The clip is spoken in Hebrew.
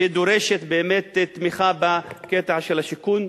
שדורשת באמת תמיכה בקטע של השיכון.